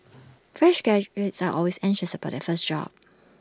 fresh graduates are always anxious about their first job